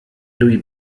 louis